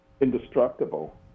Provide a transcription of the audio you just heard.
indestructible